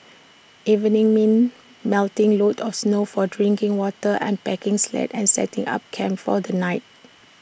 evenings mean melting loads of snow for drinking water unpacking sleds and setting up camp for the night